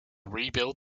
rebuild